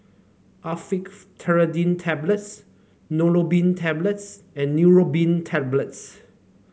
Actifed Triprolidine Tablets Neurobion Tablets and Neurobion Tablets